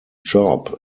job